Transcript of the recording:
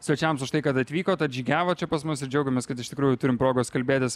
svečiams už tai kad atvykot atžygiavot čia pas mus ir džiaugiamės kad iš tikrųjų turim progos kalbėtis